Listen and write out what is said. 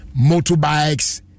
motorbikes